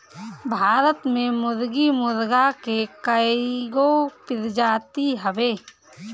भारत में मुर्गी मुर्गा के कइगो प्रजाति हवे